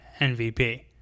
MVP